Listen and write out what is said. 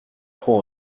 trop